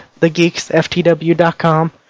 thegeeksftw.com